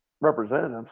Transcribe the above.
representatives